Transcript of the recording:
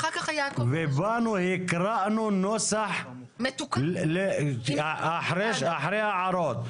באנו והקראנו נוסח אחרי הערות.